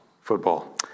Football